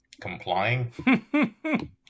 complying